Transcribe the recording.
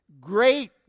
great